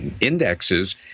indexes